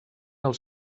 els